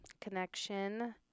Connection